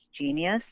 genius